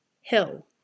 hill